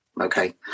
Okay